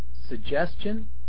suggestion